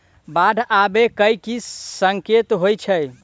बाढ़ आबै केँ की संकेत होइ छै?